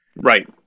Right